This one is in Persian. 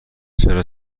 چرا